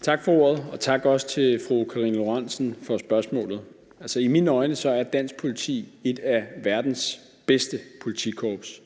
Tak for ordet, og også tak til fru Karina Lorentzen Dehnhardt for spørgsmålet. I mine øjne er dansk politi et af verdens bedste politikorps.